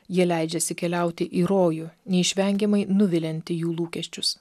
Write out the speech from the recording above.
jie leidžiasi keliauti į rojų neišvengiamai nuviliantį jų lūkesčius